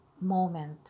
moment